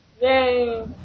Yay